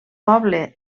poble